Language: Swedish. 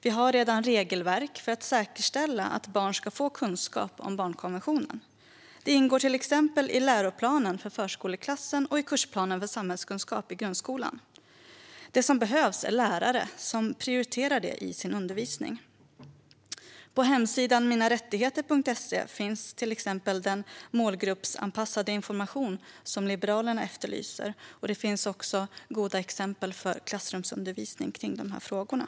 Vi har redan regelverk för att säkerställa att barn ska få kunskap om barnkonventionen. Det ingår till exempel i läroplanen för förskoleklassen och i kursplanen för samhällskunskap i grundskolan. Det som behövs är lärare som prioriterar det i sin undervisning. På hemsidan minarattigheter.se finns till exempel den målgruppsanpassade information som Liberalerna efterlyser. Det finns också goda exempel på klassrumsundervisning kring de här frågorna.